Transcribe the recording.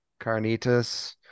carnitas